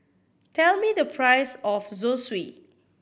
tell me the price of Zosui